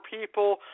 people